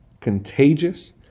contagious